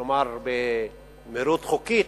כלומר במהירות חוקית,